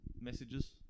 messages